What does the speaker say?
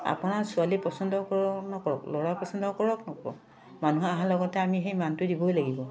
আপোনাৰ ছোৱালী পচন্দ কৰক নকৰক ল'ৰা পচন্দ কৰক নকৰক মানুহে আহাৰ লগতে আমি সেই মানটো দিবই লাগিব